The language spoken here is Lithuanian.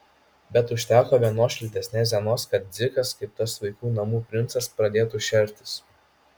bet užteko vienos šiltesnės dienos kad dzikas kaip tas vaikų namų princas pradėtų šertis